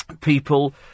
people